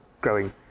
growing